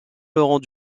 laurent